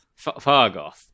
Fargoth